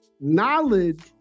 knowledge